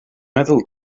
meddwl